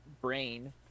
brain